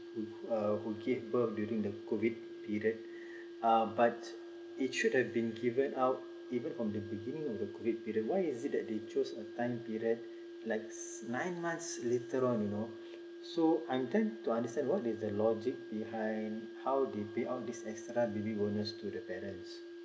who give birth during the COVID period uh but it should have been given out even on the beginning of the COVID period why is it that they choose a time that like nine months later on you know so I'm tend to understand what is the logic behind how they pay out this extra baby bonus to the parents